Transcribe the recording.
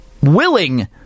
Willing